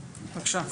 בבקשה.